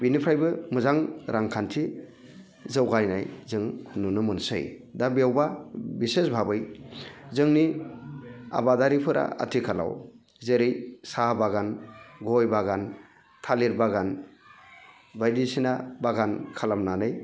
बिनिफ्रायबो मोजां रांखान्थि जौगायनाय जों नुनो मोनसै दा बेवबा बिसेस भाबै जोंनि आबादारिफोरा आथिखालाव जेरै साहा बागान गय बागान थालिर बागान बायदिसिना बागान खालामनानै